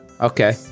Okay